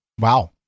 Wow